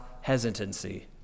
hesitancy